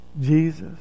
Jesus